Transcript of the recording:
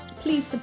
please